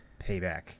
Payback